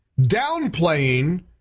downplaying